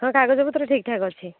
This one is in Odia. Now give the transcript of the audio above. ହଁ କାଗଜ ପତ୍ର ଠିକ୍ ଠାକ୍ ଅଛି